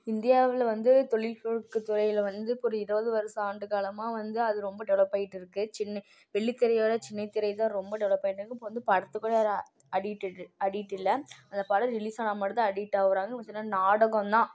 இந்தியாவில் வந்து தொழில்ப்போக்குதுறையில் வந்து ஒரு இருபது வருஷ ஆண்டு காலமாக வந்து அது ரொம்ப டெவலப் ஆகிட்டு இருக்குது சின்ன வெள்ளி திரையயோடய சின்ன திரை தான் ரொம்ப டெவலப் ஆகிட்டு இருக்குது இப்போ வந்து படத்துக்கு கூட யாரும் அடிட் இருக்குது அடிட் இல்லை அந்த படம் ரிலீஸ் ஆனால் மட்டும்தான் அடிட் ஆகுறாங்க ஒரு சிலர் நாடகம் தான்